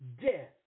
death